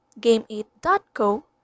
Game8.co